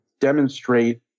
demonstrate